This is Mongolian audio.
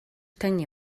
тань